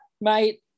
mate